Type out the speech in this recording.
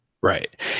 Right